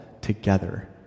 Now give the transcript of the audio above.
together